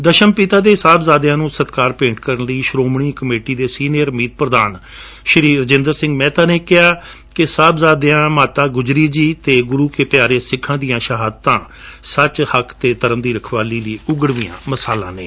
ਦਸ਼ਮ ਪਿਤਾ ਦੇ ਸਾਹਬਜਾਦਿਆਂ ਨੂੰ ਸਤਕਾਰ ਭੇਂਟ ਕਰਦਿਆਂ ਸ਼੍ਰੋਮਣੀ ਕਮੇਟੀ ਦੇ ਸੀਨੀਅਰ ਮੀਤ ਪ੍ਰਧਾਨ ਸ਼੍ਰੀ ਰਾਜਿੰਦਰ ਸਿੰਘ ਮੇਹਤਾ ਨੇ ਕਿਹਾ ਕਿ ਸਾਹਿਬਜਾਦਿਆਂ ਮਾਤਾ ਗੁਜਰੀ ਜੀ ਅਤੇ ਗੁਰੂ ਦੇ ਪਿਆਰੇ ਸਿੱਖਾਂ ਦੀਆਂ ਸ਼ਹਾਦਤਾਂ ਹੱਕ ਸੱਚ ਅਤੇ ਧਰਮ ਦੀ ਰਖਵਾਲੀ ਲਈ ਉਘੜਵੀਆਂ ਮਿਸਾਲਾਂ ਨੇ